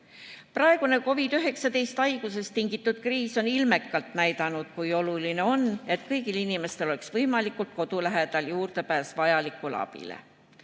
Praegune COVID-19 haigusest tingitud kriis on ilmekalt näidanud, kui oluline on, et kõigil inimestel oleks võimalikult kodu lähedal juurdepääs vajalikule abile.